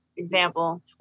Example